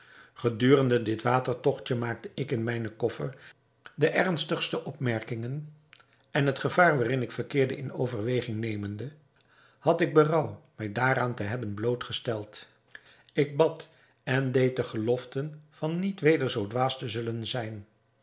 gedurende dit watertogtje maakte ik in mijnen koffer de ernstigste opmerkingen en het gevaar waarin ik verkeerde in overweging nemende had ik berouw mij daaraan te hebben blootgesteld ik bad en deed geloften van niet weder zoo dwaas te zullen zijn